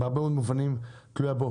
בהרבה מאוד מובנים תלויה בו.